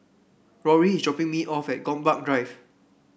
Rory is dropping me off at Gombak Drive